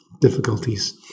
difficulties